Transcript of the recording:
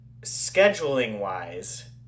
scheduling-wise